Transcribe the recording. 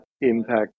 impact